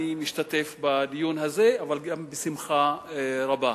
אני משתתף בדיון הזה אבל גם בשמחה רבה.